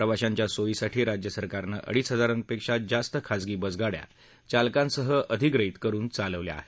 प्रवाशांच्या सोयीसाठी राज्यसरकारनं अडीच हजार पेक्षा जास्त खाजगी बसगाड्या चालकांसह अधिग्रहित करुन चालवल्या आहेत